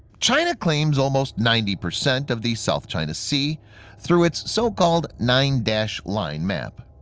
china claims almost ninety percent of the south china sea through its so-called nine-dash line map.